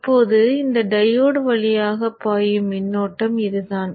இப்போது இந்த டையோடு வழியாகப் பாயும் மின்னோட்டம் இதுதான்